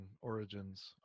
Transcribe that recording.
origins